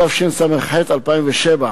התשס"ח 2007,